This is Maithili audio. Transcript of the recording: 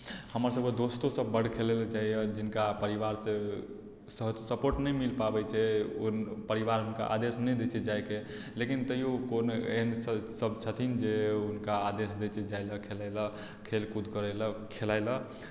हमर सभकेँ दोस्तो सभ बड खेलै लए चाहैया जिनका परिवारसे सपोर्ट नहि मिल पाबै छै परिवार हुनका आदेश नहि दै छै जाएकेँ लेकिन तैयो कोनो एहन सभ छथिन जे हुनका आदेश दै छथिन जाए लए खेलैला खेल कुद करै लए खेलाय लए तऽ